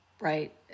right